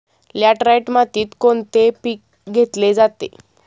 Laterite मातीत कोणते पीक घेतले जाते?